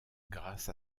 grâce